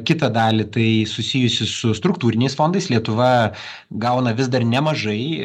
kitą dalį tai susijusi su struktūriniais fondais lietuva gauna vis dar nemažai